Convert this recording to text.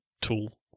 tool